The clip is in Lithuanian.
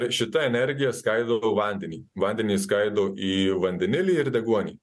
šita energija skaido vandenį vandenį išskaido į vandenilį ir deguonį